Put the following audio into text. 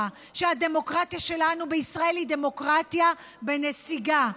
שהדמוקרטיה שלנו בישראל היא דמוקרטיה בנסיגה.